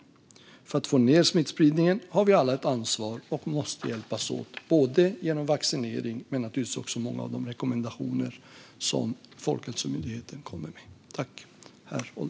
För att få ned smittspridningen har vi alla ett ansvar och måste hjälpas åt, både genom vaccinering och naturligtvis genom att följa de rekommendationer Folkhälsomyndigheten kommer med.